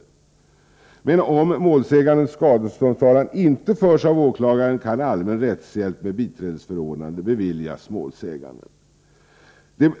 Om emellertid målsägandens skadeståndstalan inte förs av åklagaren, kan allmän rättshjälp med biträdesförordnande beviljas målsäganden.